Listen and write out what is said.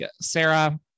Sarah